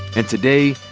and today,